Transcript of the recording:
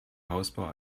hausbau